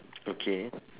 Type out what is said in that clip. okay